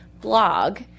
blog